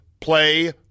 play